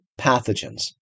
Pathogens